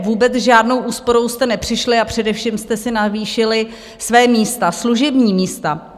Takže vůbec s žádnou úsporou jste nepřišli, a především jste si navýšili svá místa, služební místa.